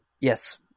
yes